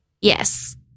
Yes